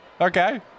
Okay